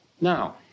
Now